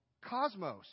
cosmos